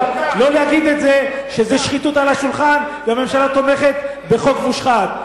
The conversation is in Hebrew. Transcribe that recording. אבל לא להגיד שזו שחיתות על השולחן והממשלה תומכת בחוק מושחת.